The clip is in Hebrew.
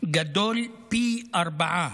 גדול פי ארבעה,